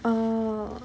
oh